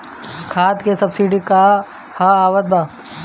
खाद के सबसिडी क हा आवत बा?